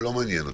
לא מעניין אותי.